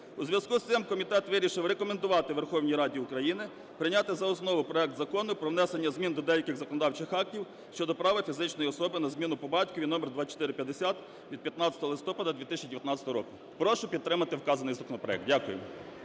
У зв'язку з цим комітет вирішив рекомендувати Верховній Раді України прийняти за основу проект Закону про внесення змін до деяких законодавчих актів щодо права фізичної особи на зміну по батькові (№2450) від 15 листопада 2019 року. Прошу підтримати вказаний законопроект. Дякую.